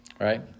Right